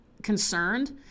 concerned